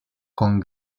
con